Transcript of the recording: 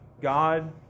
God